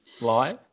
live